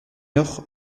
heure